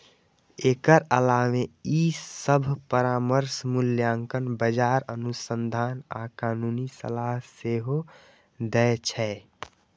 एकर अलावे ई सभ परामर्श, मूल्यांकन, बाजार अनुसंधान आ कानूनी सलाह सेहो दै छै